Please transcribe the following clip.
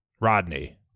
Rodney